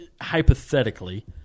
hypothetically